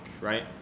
right